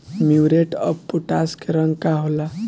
Muriate of potash के रंग का होला?